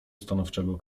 stanowczego